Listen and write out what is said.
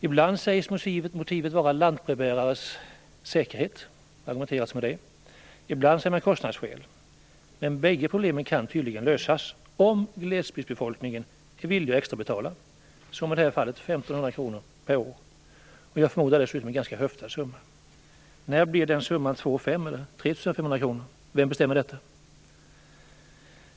Ibland sägs motivet vara lantbrevbärarnas säkerhet, det argumentet har använts, ibland sägs det vara kostnadsskäl som ligger bakom. Bägge dessa problem tycks dock kunna lösas om glesbygdsbefolkningen är villig att betala extra. I det här fallet är det fråga om 1 500 kr per år. Det ser ut som en ganska tillhöftad summa. När blir summan 2 500 kr, eller 3 500 kr? Vem bestämmer detta?